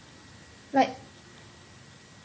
like